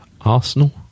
Arsenal